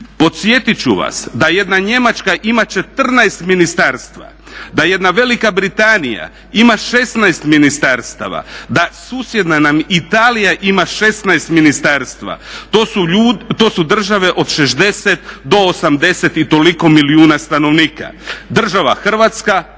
Podsjetit ću vas da jedna Njemačka ima 14 ministarstva, da jedna Velika Britanija ima 16 ministarstava, da susjedna nam Italija ima 16 ministarstva. To su države od 60 do 80 i toliko milijuna stanovnika. Država Hrvatska,